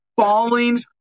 falling